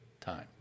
time